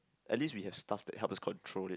at least we have stuff to help to control it